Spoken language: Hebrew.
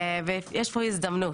ויש פה הזדמנות,